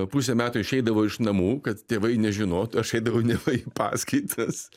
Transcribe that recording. pusę metų išeidavau iš namų kad tėvai nežinotų aš eidavau neva į paskaitas